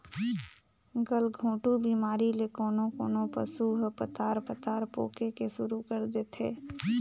गलघोंटू बेमारी ले कोनों कोनों पसु ह पतार पतार पोके के सुरु कर देथे